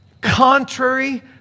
contrary